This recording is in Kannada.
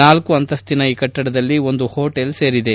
ನಾಲ್ನ ಅಂತಸ್ತಿನ ಈ ಕಟ್ಟಡದಲ್ಲಿ ಒಂದು ಹೋಟೆಲ್ ಸೇರಿದೆ